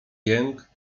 jęk